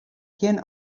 gjin